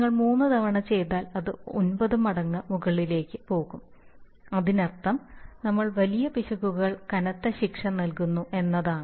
നിങ്ങൾ മൂന്ന് തവണ ചെയ്താൽ അത് ഒൻപത് മടങ്ങ് മുകളിലേക്ക് പോകും അതിനർത്ഥം നമ്മൾ വലിയ പിശകുകൾക്ക് കനത്ത ശിക്ഷ നൽകുന്നു എന്നാണ്